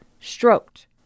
stroked